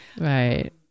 Right